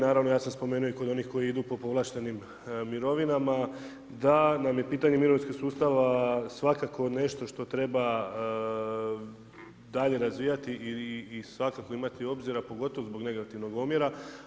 Naravno ja sam spomenuo i kod onih koji idu po povlaštenim mirovinama da nam je pitanje mirovinskog sustava svakako nešto što treba dalje razvijati i svakako imati obzira, a pogotovo zbog negativnog omjera.